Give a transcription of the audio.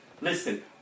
Listen